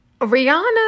Rihanna